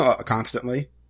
constantly